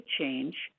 change